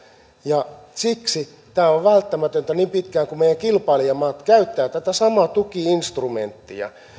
ja siksi tämä on välttämätöntä niin pitkään kuin meidän kilpailijamaat käyttävät tätä samaa tuki instrumenttia